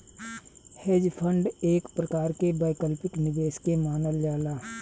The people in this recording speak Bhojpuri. हेज फंड एक प्रकार के वैकल्पिक निवेश के मानल जाला